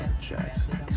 Jackson